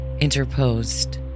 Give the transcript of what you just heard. interposed